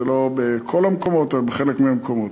זה לא בכל המקומות אלא בחלק מהמקומות.